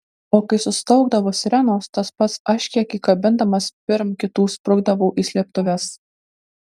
o kai sustaugdavo sirenos tas pats aš kiek įkabindamas pirm kitų sprukdavau į slėptuves